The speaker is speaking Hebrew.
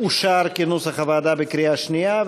אושר כנוסח הוועדה בקריאה שנייה.